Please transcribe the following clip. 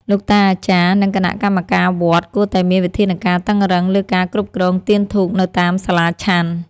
លោកតាអាចារ្យ និងគណៈកម្មការវត្តគួរតែមានវិធានការតឹងរ៉ឹងលើការគ្រប់គ្រងទៀនធូបនៅតាមសាលាឆាន់។